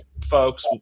folks